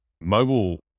Mobile